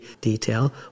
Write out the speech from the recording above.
detail